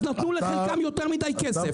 אז נתנו לחלקם יותר מדי כסף.